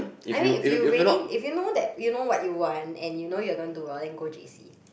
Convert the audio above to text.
I mean if you really if you know that you know what you want and you know you gonna do well then go J_C